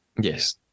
Yes